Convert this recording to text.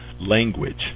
language